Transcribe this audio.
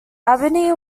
albany